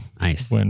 Nice